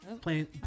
Playing